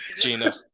Gina